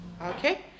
okay